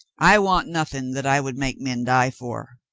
i want nothing that i would make men die for.